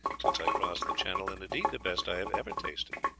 since i crossed the channel, and indeed the best i have ever tasted.